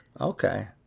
Okay